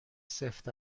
سفت